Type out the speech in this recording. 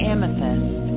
Amethyst